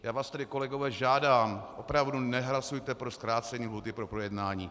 Já vás tedy, kolegové, žádám, opravdu nehlasujte pro zkrácení lhůty pro projednání.